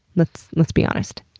let's let's be honest.